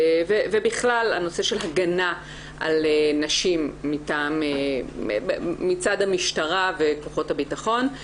ובכלל הנושא של הגנה על נשים מצד המשטרה וכוחות הבטחון,